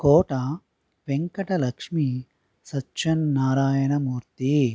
Kota Venkata Lakshmi Satya Narayana Murthy